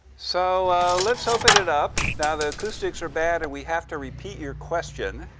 so let's open it up. now, the acoustics are bad, and we have to repeat your question.